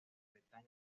bretaña